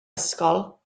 ysgol